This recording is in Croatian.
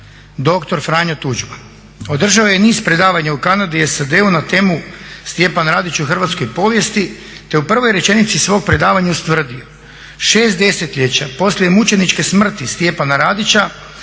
Franjo Tuđman. Održao je niz predavanja u Kanadi, SAD-u na temu Stjepan Radić u hrvatskoj povijesti, te je u prvoj rečenici svog predavanja ustvrdio, "6 desetljeća poslije mučeničke smrti Stjepana Radića